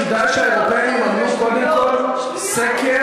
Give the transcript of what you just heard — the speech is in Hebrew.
ואני אומר שכדאי שהאירופים יממנו קודם כול סקר